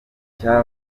cya